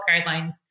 guidelines